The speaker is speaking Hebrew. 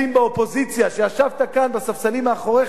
באופוזיציה, כשישבת כאן, בספסלים מאחוריך,